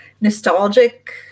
nostalgic